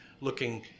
looking